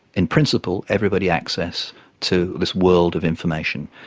in principle, everybody access to this world of information,